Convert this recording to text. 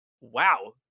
wow